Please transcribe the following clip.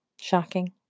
shocking